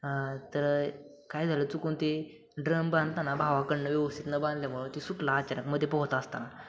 तर काय झालं चुकून ते ड्रम बांधताना भावाकडुनं व्यवस्थित न बांधल्यामुळं तो सुटला अचानक मध्ये पोहत असताना